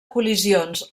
col·lisions